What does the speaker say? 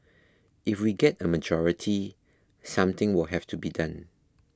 if we get a majority something will have to be done